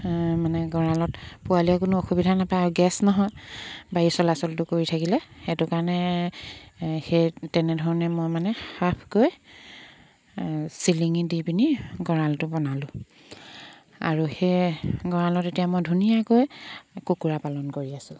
মানে গঁৰালত পোৱালিয়ে কোনো অসুবিধা নাপায় আৰু গেছ নহয় বায়ু চলাচলটো কৰি থাকিলে সেইটো কাৰণে সেই তেনেধৰণে মই মানে হাফকৈ চিলিঙি দি পিনি গঁৰালটো বনালোঁ আৰু সেই গঁৰালত এতিয়া মই ধুনীয়াকৈ কুকুৰা পালন কৰি আছোঁ